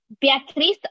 Beatriz